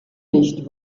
nicht